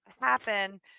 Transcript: happen